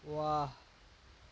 واہ